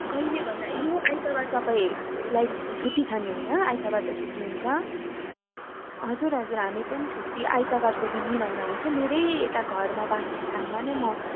कहिले भन्दा यो आइतवार तपाईँलाई छुट्टी छ नि होइन आइतवार त छुट्टी हुन्छ हजुर हजुर हामी पनि छुट्टी आइतवारको दिन मिलाउँदा हुन्छ मेरो यता घरमा बासस्थानमा नै म